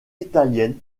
italienne